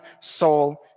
soul